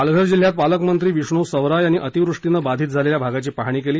पालघर जिल्ह्यात पालकमंत्री विष्णू सावरा यांनी अतिवृष्टीनं बाधित झालेल्या भागाची पाहणी केली